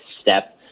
step